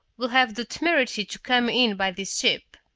will have the temerity to come in by this ship?